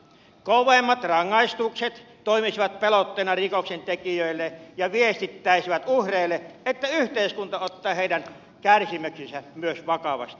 kovemmat rangaistukset toimisivat pelotteena rikoksentekijöille ja viestittäisivät uhreille että yhteiskunta ottaa heidän kärsimyksensä myös vakavasti